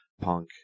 Punk